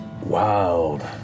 wild